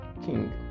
king